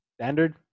Standard